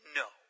no